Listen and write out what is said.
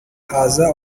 haza